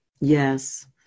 Yes